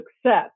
success